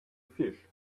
fish